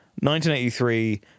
1983